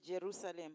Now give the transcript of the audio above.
Jerusalem